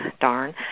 darn